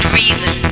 reason